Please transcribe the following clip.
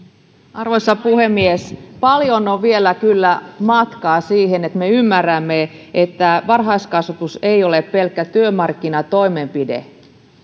arvoisa puhemies paljon on vielä kyllä matkaa siihen että me ymmärrämme että varhaiskasvatus ei ole pelkkä työmarkkinatoimenpide